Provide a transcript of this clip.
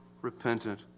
repentant